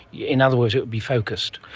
in other words, it would be focused.